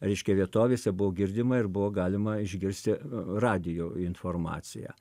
reiškia vietovėse buvo girdima ir buvo galima išgirsti radijo informaciją